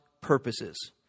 purposes